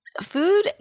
food